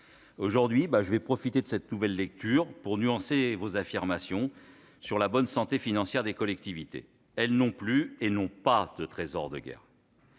Aujourd'hui, je vais profiter de cette nouvelle lecture pour nuancer vos affirmations quant à la bonne santé financière des collectivités, lesquelles ne disposent pas davantage d'un trésor de guerre.